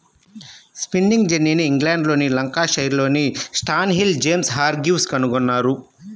spinning జెన్నీని ఇంగ్లండ్లోని లంకాషైర్లోని స్టాన్హిల్ జేమ్స్ హార్గ్రీవ్స్ కనుగొన్నారు